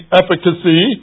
efficacy